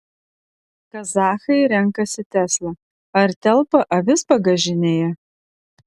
kazachai renkasi tesla ar telpa avis bagažinėje